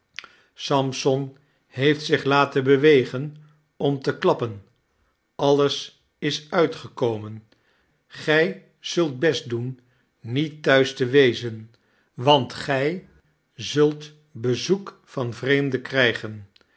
sampson heeft zich laten bewegen om te klappen alles is uitgekomen gij zult best doen niet thuis te wezen want gij zult bezoek van vreemden krijgen